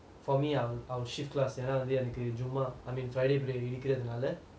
for me I'll I'll shift class ஏனா எனக்கு சும்மா:yena enakku chumma I mean friday இப்படி இருக்கறது நால:ippadi irukkaradhu naala